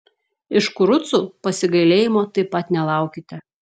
iš kurucų pasigailėjimo taip pat nelaukite